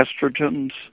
estrogens